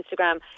Instagram